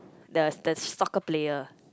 the the soccer player